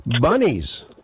Bunnies